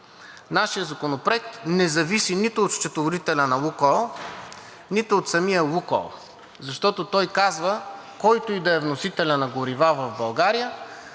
Нашият Законопроект не зависи нито от счетоводителя на „Лукойл“, нито от самия „Лукойл“, защото той казва: който и да е вносителят на горива в България,